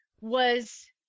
was-